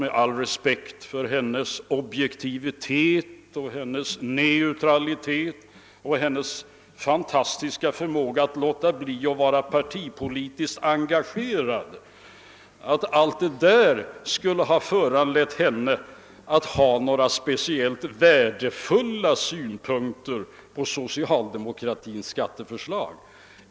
Med all respekt för fru Nettelbrandts objektivitet och neutralitet och hennes fantastiska förmåga att låta bli att vara partipolitiskt engagerad tror jag inte att hon skulle ha anlagt några speciellt värdefulla synpunkter på socialdemokratins skatteförslag.